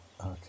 Okay